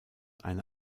eine